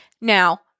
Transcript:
Now